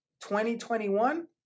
2021